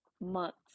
months